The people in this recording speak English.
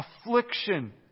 affliction